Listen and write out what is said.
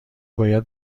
باید